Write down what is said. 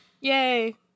Yay